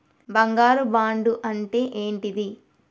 బంగారు బాండు అంటే ఏంటిది?